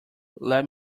let